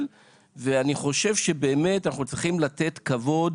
ואני חושב שבאמת אנחנו צריכים לתת כבוד